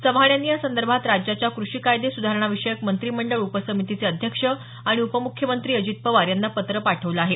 चव्हाण यांनी यासंदर्भात राज्याच्या कृषी कायदे सुधारणा विषयक मंत्रिमंडळ उपसमितीचे अध्यक्ष आणि उपम्ख्यमंत्री अजित पवार यांना पत्र पाठवलं आहे